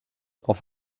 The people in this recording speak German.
auf